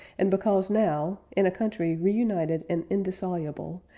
and because now, in a country reunited and indissoluble,